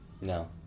No